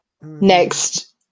next